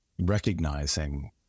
recognizing